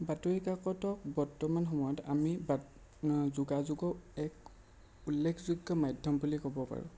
বাতৰি কাকতক বৰ্তমান সময়ত আমি বাত যোগাযোগৰ এক উল্লেখযোগ্য মাধ্যম বুলি ক'ব পাৰোঁ